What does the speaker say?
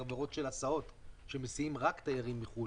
חברות של הסעות שמסיעות רק תיירות מחו"ל.